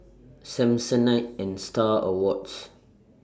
Samsonite and STAR Awards